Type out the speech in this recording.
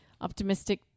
optimistic